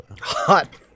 Hot